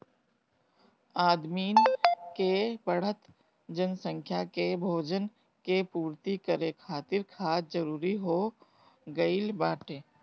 आदमिन के बढ़त जनसंख्या के भोजन के पूर्ति करे खातिर खाद जरूरी हो गइल बाटे